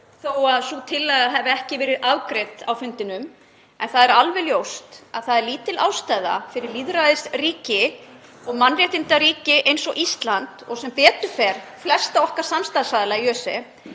þó að sú tillaga hafi ekki verið afgreidd á fundinum. En það er alveg ljóst að það er lítil ástæða fyrir lýðræðis- og mannréttindaríki eins og Ísland, og sem betur fer flesta okkar samstarfsaðila í ÖSE,